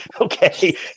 Okay